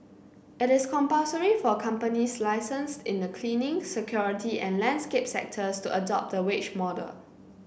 it is compulsory for companies licensed in the cleaning security and landscape sectors to adopt the wage model